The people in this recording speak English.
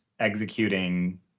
executing